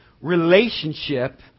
relationship